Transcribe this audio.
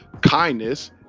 kindness